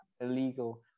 illegal